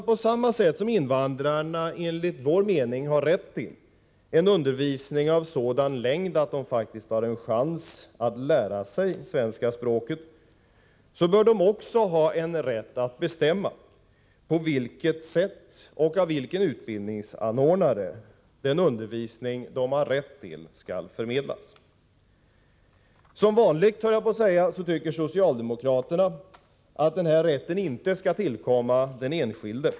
På samma sätt som invandrarna enligt vår mening har rätt till en undervisning av sådan längd att de faktiskt har en chans att lära sig det svenska språket, bör de också ha en rätt att bestämma på vilket sätt och av vilken utbildningsanordnare den undervisning de har rätt till skall förmedlas. Som vanligt, höll jag på att säga, tycker socialdemokraterna att denna rätt inte skall tillkomma den enskilde.